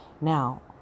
Now